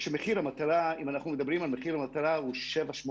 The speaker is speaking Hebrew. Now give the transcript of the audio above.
כשמחיר המטרה אם אנחנו מדברים על מחיר המטרה הוא 7.80